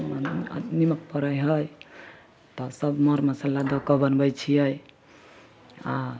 निम्मक पड़ै हइ तऽ सब मर मसल्ला दऽ कऽ बनबै छिए आओर